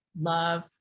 love